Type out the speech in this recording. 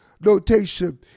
notation